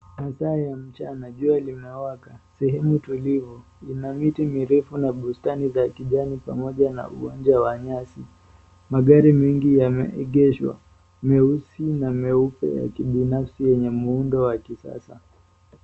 Masaa ya mchana jua limewaka, sehemu tulivu ina miti mirefu na bustani za kijani pamoja na uwanja wa nyasi, magari mingi yameegeshwa, meusi na meupe ya kibinafsi yenye muundo wa kisasa.